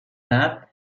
edat